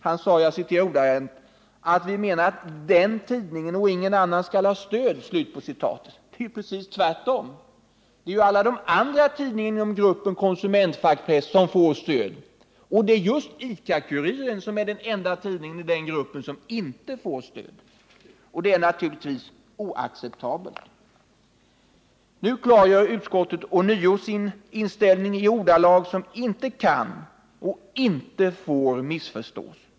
Han sade att vi menar att ”den tidningen och ingen annan skall ha stöd”. Det är precis tvärtom. Det är alla de andra tidningarna inom gruppen konsumentfackpress som får stöd, och ICA Kuriren är den enda tidning i denna grupp som inte får stöd. Det är naturligtvis oacceptabelt. Nu klargör utskottet ånyo sin inställning i ordalag som inte kan och inte får missförstås.